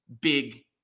big